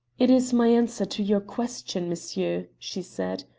it is my answer to your question, monsieur, she said.